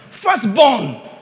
Firstborn